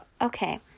Okay